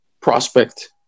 prospect